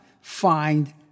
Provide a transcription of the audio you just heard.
find